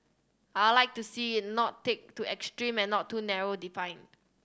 I'd like to see it not take to extreme and not too narrow defined